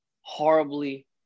horribly